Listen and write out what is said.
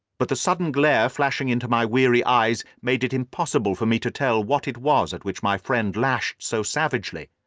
but the sudden glare flashing into my weary eyes made it impossible for me to tell what it was at which my friend lashed so savagely.